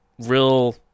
Real